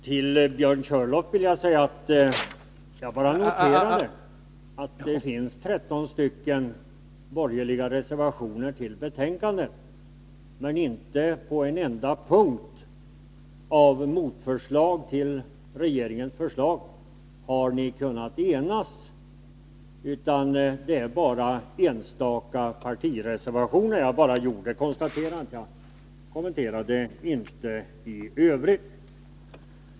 Herr talman! Det finns 13 borgerliga reservationer fogade till betänkandet. Men inte på en enda punkt i motförslagen till regeringens förslag har ni kunnat enas, utan det är bara enstaka partireservationer. Jag bara konstaterar detta, och kommenterar det inte i övrigt.